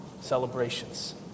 celebrations